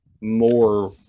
more